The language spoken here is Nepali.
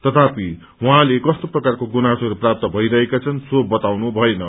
तथापि उहाँले कस्तो प्रकारको गुनासोहरू प्राप्त भइरहेका छन् सो बताउनु भएन